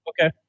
Okay